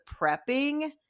prepping